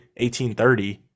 1830